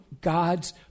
God's